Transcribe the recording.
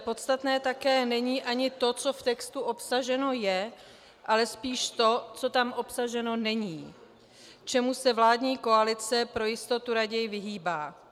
Podstatné také není ani to, co v textu obsaženo je, ale spíš to, co tam obsaženo není, čemu se vládní koalice pro jistotu raději vyhýbá.